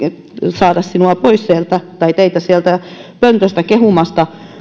saada teitä pois sieltä pöntöstä kehumasta